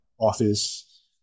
office